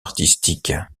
artistique